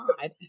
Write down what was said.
God